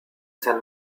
san